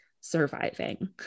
surviving